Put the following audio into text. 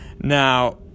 Now